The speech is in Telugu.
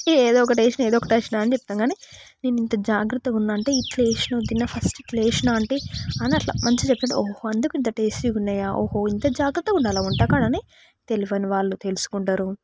ఏదో ఒకటి వేసిన ఏదో ఒకటి వేసిన అని చెప్తాం కానీ నేను ఇంత జాగ్రత్తగా ఉన్నానంటే ఇట్ల వేసినా వదినా ఫస్ట్ ఇట్ల వేసినా అంటే అని అట్లా మంచిగా చెప్తా ఓహో అందుకు ఇంత టేస్టీగా ఉన్నాయి ఓహో అందుకే ఇంత జాగ్రత్తగా ఉండాలా వంటకాడ అని తెలియని వాళ్ళు తెలుసుకుంటారు